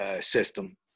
system